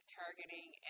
targeting